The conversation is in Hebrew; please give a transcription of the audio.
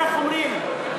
איך אומרים,